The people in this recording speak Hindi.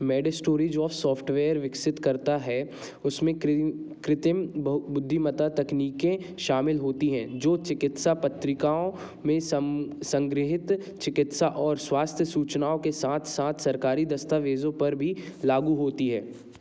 मेडस्टोरी जो सॉफ्टवेयर विकसित करता है उसमें कृत्रिम बुद्धिमत्ता तकनीकें शामिल होती हैं जो चिकित्सा पत्रिकाओं में संग्रहीत चिकित्सा और स्वास्थ्य सूचनाओं के साथ साथ सरकारी दस्तावेज़ों पर भी लागू होती हैं